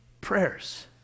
prayers